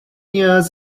years